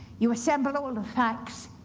you assemble all the facts.